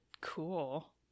Cool